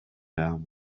down